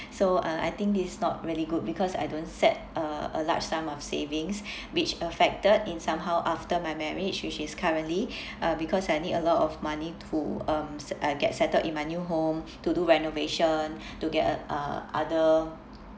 so uh I think it's not really good because I don't set uh a large sum of savings which affected in somehow after my marriage which is currently uh because I need a lot of money to um uh get settled in my new home to do renovation to get uh uh other